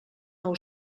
nou